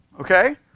Okay